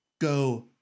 go